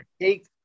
Take